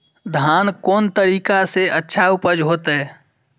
धान कोन तरीका से अच्छा उपज होते?